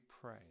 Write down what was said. pray